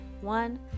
one